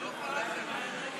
לוועדת העבודה,